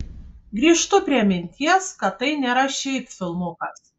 grįžtu prie minties kad tai nėra šiaip filmukas